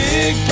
Big